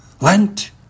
Lent